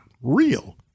real